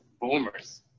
boomers